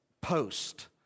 post